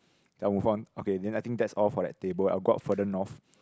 I move on okay then I think that's all for that table I will go on further north